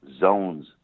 zones